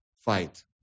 fight